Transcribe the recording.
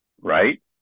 right